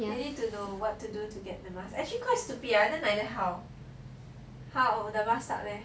you need to know what to do to get them mah actually quite stupid ah then like that how if never start leh